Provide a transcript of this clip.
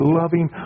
loving